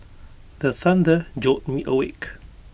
the thunder jolt me awake